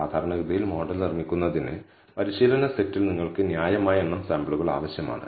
സാധാരണഗതിയിൽ മോഡൽ നിർമ്മിക്കുന്നതിന് പരിശീലന സെറ്റിൽ നിങ്ങൾക്ക് ന്യായമായ എണ്ണം സാമ്പിളുകൾ ആവശ്യമാണ്